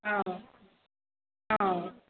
ಹಾಂ ಹಾಂ